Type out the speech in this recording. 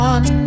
One